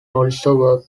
also